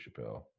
Chappelle